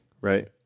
right